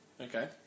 Okay